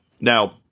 Now